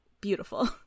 beautiful